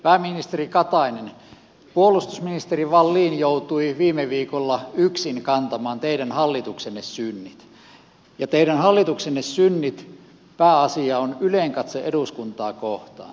pääministeri katainen puolustusministeri wallin joutui viime viikolla yksin kantamaan teidän hallituksenne synnit ja teidän hallituksenne syntien pääasia on ylenkatse eduskuntaa kohtaan